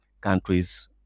countries